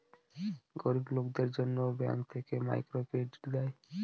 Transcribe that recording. গরিব লোকদের জন্য ব্যাঙ্ক থেকে মাইক্রো ক্রেডিট দেয়